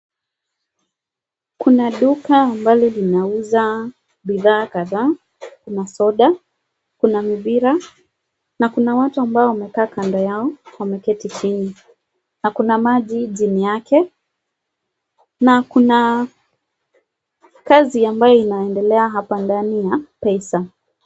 Kuna duka ambalo linauza bidhaa kadhaa, kuna soda, kuna mpira na kuna watu ambao wamekaa kando yao wameketi chini, na kuna maji chini yake na kuna kazi ambayo inaendela hapa ndani ya pesa.